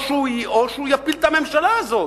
או שהוא יפיל את הממשלה הזאת?